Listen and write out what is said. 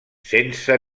sense